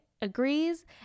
agrees